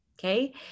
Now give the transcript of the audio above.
Okay